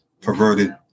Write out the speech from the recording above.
perverted